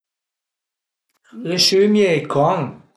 Le sümie e i can